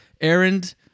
errand